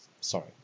Sorry